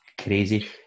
crazy